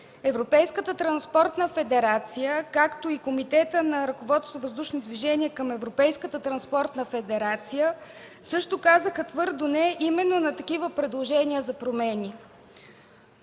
Европейската транспортна федерация, както и Комитетът на ръководство „Въздушно движение” към Европейската транспортна федерация също казаха твърдо „Не!” именно на такива предложения за промени.